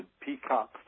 peacock